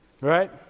Right